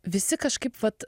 visi kažkaip vat